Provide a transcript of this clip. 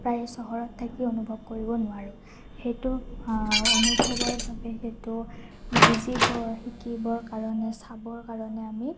প্ৰায় চহৰত থাকি অনুভৱ কৰিব নোৱাৰোঁ সেইটো অনুভৱৰ বাবে সেইটো বুজিব শিকিবৰ কাৰণে চাবৰ কাৰণে আমি